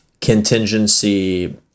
contingency